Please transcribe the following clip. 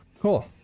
Cool